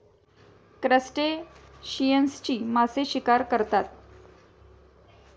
क्रस्टेशियन्सची मासे शिकार करतात